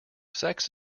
sex